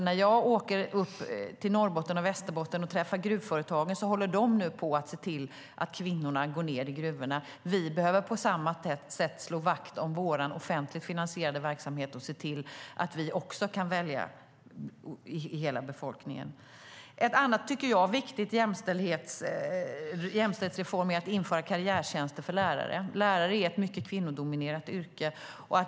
Jag har åkt upp till Norrbotten och Västerbotten och träffat gruvföretagen där, och de håller nu på att se till att kvinnorna går ned i gruvorna. Vi behöver på samma sätt slå vakt om vår offentligt finansierade verksamhet och se till att man också där kan välja personal ur hela befolkningen. En annan viktig jämställdhetsreform är att införa karriärtjänster för lärare. Läraryrket är ett mycket kvinnodominerat yrke.